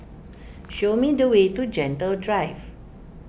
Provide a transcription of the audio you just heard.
show me the way to Gentle Drive